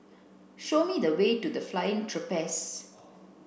show me the way to The Flying Trapeze